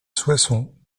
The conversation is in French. soissons